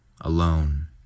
Alone